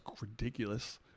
ridiculous